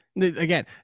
again